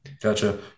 Gotcha